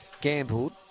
gambled